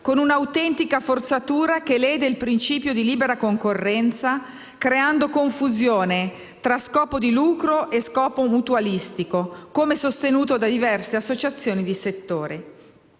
con un'autentica forzatura che lede il principio di libera concorrenza, creando confusione tra scopo di lucro e scopo mutualistico, come sostenuto da diverse associazioni di settore.